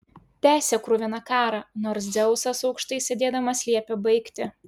tęsė kruviną karą nors dzeusas aukštai sėdėdamas liepė baigti